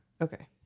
Okay